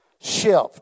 shift